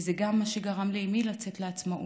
וזה גם מה שגרם לאימי לצאת לעצמאות